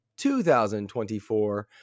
2024